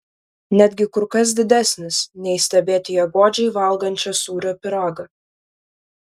netgi kur kas didesnis nei stebėti ją godžiai valgančią sūrio pyragą